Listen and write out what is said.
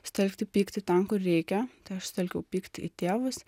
sutelkti pyktį ten kur reikia tai aš sutelkiau pyktį į tėvus